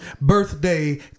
Birthday